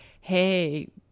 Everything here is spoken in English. hey